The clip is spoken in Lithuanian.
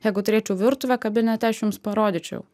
jeigu turėčiau virtuvę kabinete aš jums parodyčiau